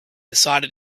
decided